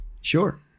Sure